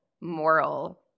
moral